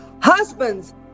Husbands